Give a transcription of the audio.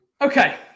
Okay